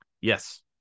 Yes